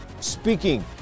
speaking